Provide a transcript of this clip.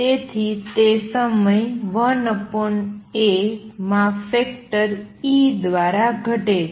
તેથી તે સમય 1 A માં ફેક્ટર E દ્વારા ઘટે છે